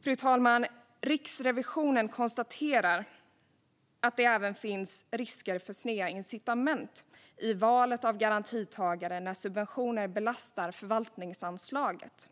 Fru talman! Riksrevisionen konstaterar att det finns risker för sneda incitament i valet av garantitagare när subventioner belastar förvaltningsanslaget.